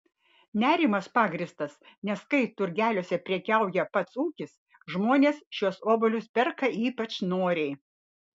nerimas pagrįstas nes kai turgeliuose prekiauja pats ūkis žmonės šiuos obuolius perka ypač noriai